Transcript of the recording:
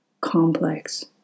complex